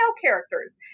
characters